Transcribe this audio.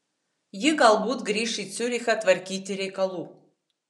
ji galbūt grįš į ciurichą tvarkyti reikalų